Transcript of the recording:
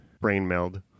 brain-meld